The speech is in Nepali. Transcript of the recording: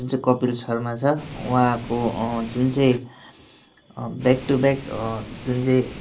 जुन चाहिँ कपील शर्मा छ उहाँको जुन चाहिँ ब्याक टू ब्याक जुन चाहिँ